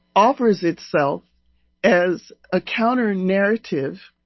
offers itself as a counter narrative